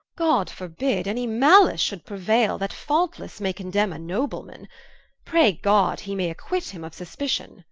god forbid any malice should preuayle, that faultlesse may condemne a noble man pray god he may acquit him of suspition